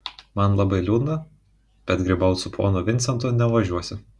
man labai liūdna bet grybaut su ponu vincentu nevažiuosi